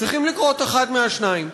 צריך לקרות אחד מהשניים,